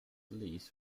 least